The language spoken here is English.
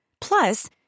Plus